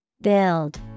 Build